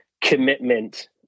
commitment